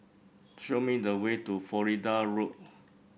show me the way to Florida Road